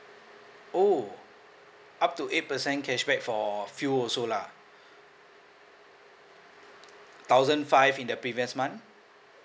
oh up to eight percent cashback for fuel also lah thousand five in the previous month